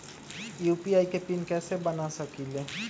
UPI के pin कैसे बना सकीले?